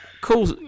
Cool